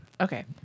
Okay